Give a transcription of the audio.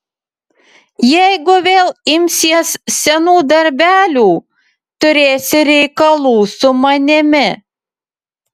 jeigu vėl imsies senų darbelių turėsi reikalų su manimi